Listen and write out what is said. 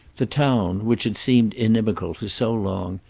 the town, which had seemed inimical for so long,